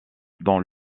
dans